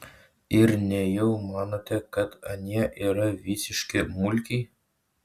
ir nejau manote kad anie yra visiški mulkiai